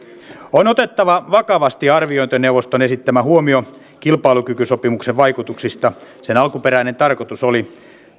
on otettava vakavasti arviointineuvoston esittämä huomio kilpailukykysopimuksen vaikutuksista sen alkuperäinen tarkoitus oli